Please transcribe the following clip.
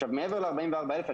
עכשיו מעבר ל-44 אלף,